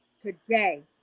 today